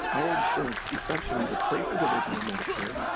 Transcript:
our insurance essentially replaces original medicare,